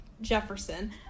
Jefferson